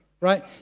right